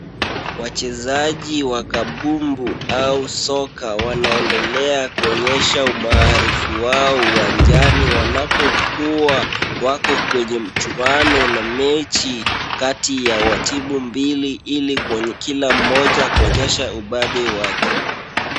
Wachezaji wa kabumbu au soka wanaendelea kuonyesha umaarufu wao uwanjani, wanapokuwa wako kwenye mchuano na mechi kati ya timu mbili, ili kila mmoja kuonyesha ubabe wake.